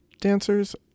dancers